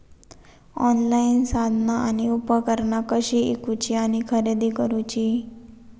Online साधना आणि उपकरणा कशी ईकूची आणि खरेदी करुची?